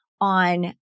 on